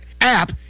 app